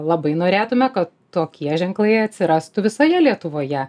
labai norėtume kad tokie ženklai atsirastų visoje lietuvoje